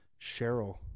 Cheryl